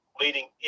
leading